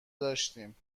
داشتیم